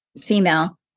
female